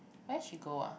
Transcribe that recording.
where she go ah